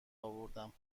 اوردم